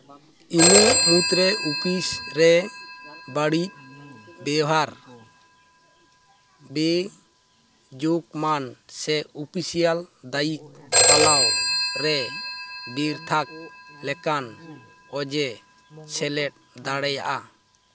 ᱤᱱᱟᱹ ᱢᱩᱫᱽᱨᱮ ᱚᱯᱷᱤᱥ ᱨᱮ ᱵᱟᱹᱲᱤᱡ ᱵᱮᱣᱦᱟᱨ ᱵᱮ ᱡᱩᱜᱽᱢᱟᱱ ᱥᱮ ᱚᱯᱷᱤᱥᱤᱭᱟᱞ ᱫᱟᱭᱤ ᱯᱟᱞᱟᱣ ᱨᱮ ᱵᱮᱨᱛᱷᱟᱜ ᱞᱮᱠᱟᱱ ᱚᱡᱮ ᱥᱮᱞᱮᱫ ᱫᱟᱲᱮᱭᱟᱜᱼᱟ